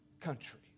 country